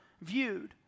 viewed